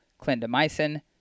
clindamycin